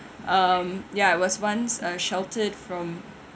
um ya I was once uh sheltered from